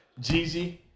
Jeezy